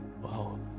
Wow